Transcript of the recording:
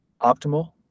optimal